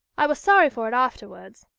i was sorry for it afterwards.